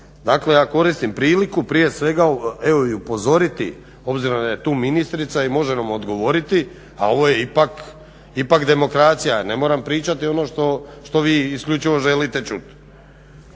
Sabora. Ja koristim priliku prije svega i upozoriti obzirom da je tu ministrica i može nam odgovoriti, a ovo je ipak demokracija, ja ne moram pričati ono što vi isključivo želite čuti.